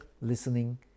listening